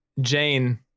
Jane